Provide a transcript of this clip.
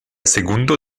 segundo